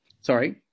Sorry